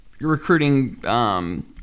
recruiting